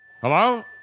Hello